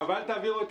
אבל אל תנצלו את